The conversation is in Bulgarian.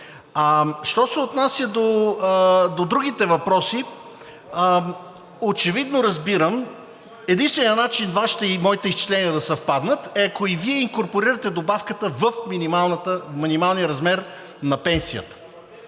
що се отнася до другите въпроси. Очевидно разбирам –единственият начин Вашите и моите изчисления да съвпаднат е ако и Вие инкорпорирате добавката в минималния размер на пенсията.